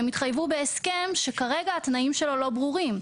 שהם התחייבו בהסכם שכרגע התנאים שלו לא ברורים.